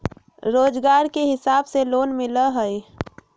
रोजगार के हिसाब से लोन मिलहई?